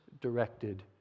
directed